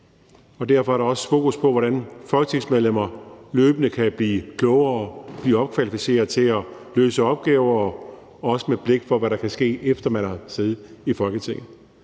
derfor er der også fokus på, hvordan folketingsmedlemmer løbende kan blive klogere, blive opkvalificeret til at løse opgaver, og det har også blik for, hvad der kan ske, efter at man har siddet i Folketinget.